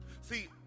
see